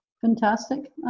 Fantastic